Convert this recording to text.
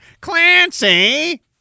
Clancy